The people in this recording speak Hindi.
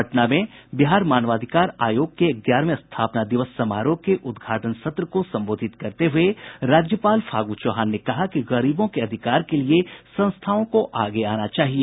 पटना में बिहार मानवाधिकार आयोग के ग्यारहवें स्थापना दिवस समारोह के उद्घाटन सत्र को संबोधित करते हुए राज्यपाल फागू चौहान ने कहा कि गरीबों के अधिकार के लिए संस्थाओं को आगे आना चाहिए